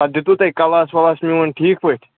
پَتہٕ دیُتوُ تۄہہِ کَلاس وَلاس میون ٹھیٖک پٲٹھۍ